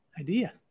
idea